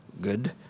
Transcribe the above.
good